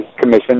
Commission